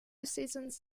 seasons